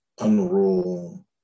unroll